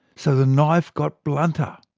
so the knife got blunter.